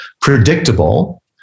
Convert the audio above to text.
predictable